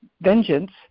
vengeance